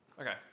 Okay